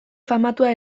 famatua